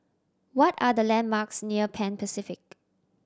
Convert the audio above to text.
what are the landmarks near Pan Pacific